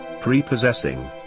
prepossessing